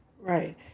Right